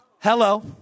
Hello